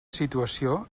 situació